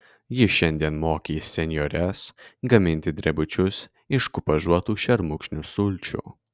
ji šiandien mokys senjores gaminti drebučius iš kupažuotų šermukšnių sulčių